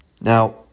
Now